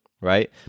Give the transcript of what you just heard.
right